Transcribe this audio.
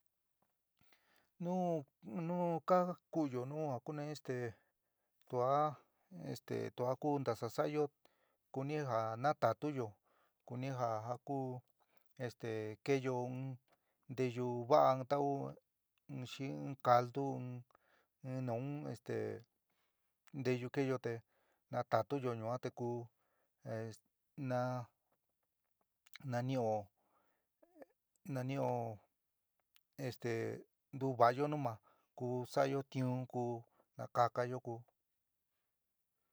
Nu nu kakuúyo nu a kuni este tua este tua ku este ntasa saáyo kuni ja natatuyó kunija ja ku este keéyo in nteyu va'a in tau xi in caldu in in naun este nteyu keéyo te na tatuyo yuan te ku este na nanio nanio esté ntuvayo numa ku sa'ayo tiuún ku ja kakayo ku.